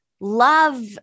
love